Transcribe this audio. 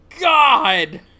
God